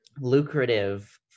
lucrative